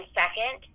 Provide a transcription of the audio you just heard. second